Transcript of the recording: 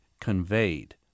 conveyed